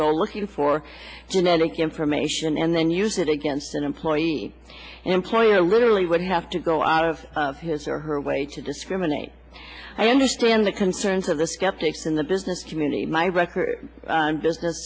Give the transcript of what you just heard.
go looking for genetic information and then use that against an employee employer really would have to go out of his or her way to discriminate i understand the concerns of the skeptics in the business community my record